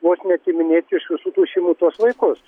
vos ne atiminėti iš visų tų šeimų tuos vaikus